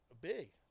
big